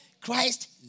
Christ